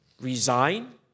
resign